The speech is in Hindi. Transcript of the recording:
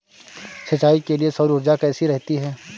सिंचाई के लिए सौर ऊर्जा कैसी रहती है?